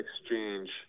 exchange